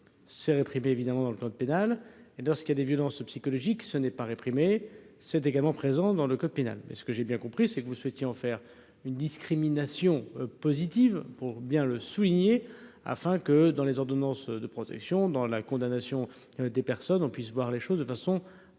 c'est réprimé évidemment dans le code pénal et dans ce il y a des violences psychologiques, ce n'est pas réprimée, c'est également présent dans le code pénal, mais ce que j'ai bien compris, c'est que vous souhaitiez en faire une discrimination positive pour bien le souligner afin que dans les ordonnances de protection dans la condamnation des personnes, on puisse voir les choses de façon aggravé,